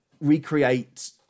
recreate